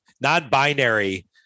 non-binary